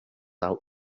out